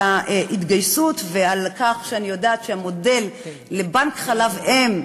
ההתגייסות ועל כך שהמודל לבנק חלב-אם,